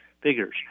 figures